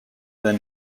been